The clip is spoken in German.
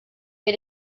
wir